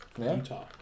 Utah